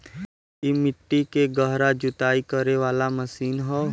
इ मट्टी के गहरा जुताई करे वाला मशीन हौ